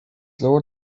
leor